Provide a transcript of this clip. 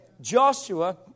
Joshua